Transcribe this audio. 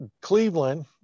Cleveland